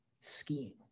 skiing